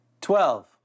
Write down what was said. Twelve